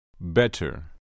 better